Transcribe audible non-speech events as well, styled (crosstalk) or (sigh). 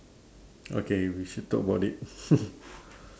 okay we should talk about it (laughs)